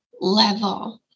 level